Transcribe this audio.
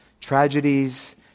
tragedies